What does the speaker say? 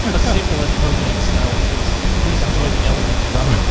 a simple in homemade style taste. please enjoy the elegant and